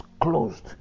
closed